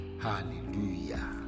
Hallelujah